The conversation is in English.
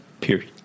Period